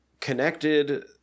connected